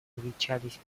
увенчались